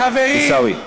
עיסאווי.